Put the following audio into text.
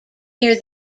near